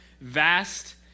vast